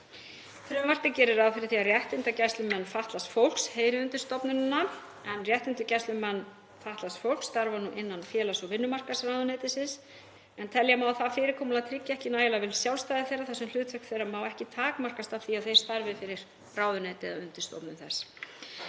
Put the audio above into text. Frumvarpið gerir ráð fyrir því að réttindagæslumenn fatlaðs fólks heyri undir stofnunina en réttindagæslumenn fatlaðs fólks starfa nú innan félags- og vinnumarkaðsráðuneytisins en telja má að það fyrirkomulag tryggi ekki nægilega vel sjálfstæði þeirra þar sem hlutverk þeirra má ekki takmarkast af því að þeir starfi fyrir ráðuneytið eða undirstofnanir þess.